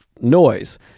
noise